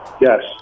Yes